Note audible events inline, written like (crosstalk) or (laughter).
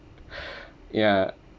(breath) ya